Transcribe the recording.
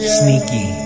sneaky